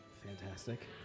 Fantastic